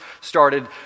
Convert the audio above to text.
started